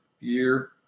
year